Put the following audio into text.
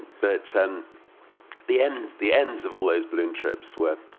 but and the ends the ends of all those balloon trips were,